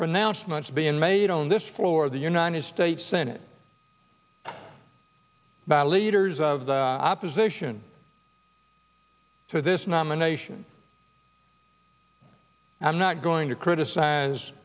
pronouncements being made on this floor of the united states senate by leaders of the opposition to this nomination i'm not going to criticize